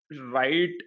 right